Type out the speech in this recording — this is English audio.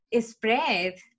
spread